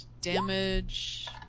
damage